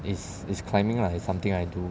is is climbing lah it's something I do